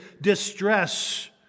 distress